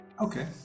Okay